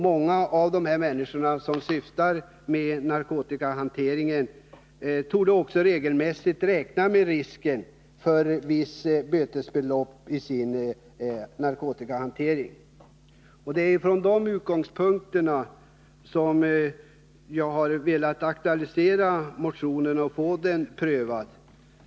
Många av de människor som ägnar sig åt narkotikahantering torde också regelmässigt räkna med risken att de blir ådömda ett visst bötesbelopp. Det är mot denna bakgrund som jag har velat aktualisera frågan motionsledes och få den prövad.